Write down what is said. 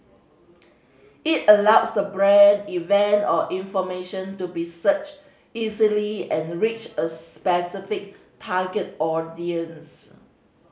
it allows the brand event or information to be searched easily and reach a specific target audience